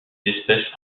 espèces